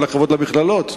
כל הכבוד למכללות,